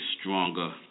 stronger